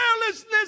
carelessness